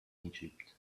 egypt